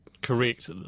correct